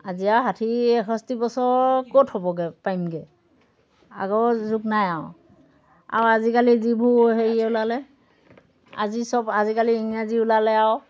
আজি আৰু ষাঠি এষষ্টি বছৰ ক'ত হ'বগৈ পাৰিমগৈ আগৰ যুগ নাই আৰু আৰু আজিকালি যিবোৰ হেৰি ওলালে আজি চব আজিকালি ইংৰাজী ওলালে আৰু